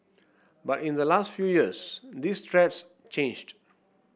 but in the last few years these threats changed